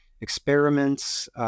experiments